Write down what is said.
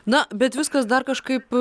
na bet viskas dar kažkaip